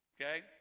Okay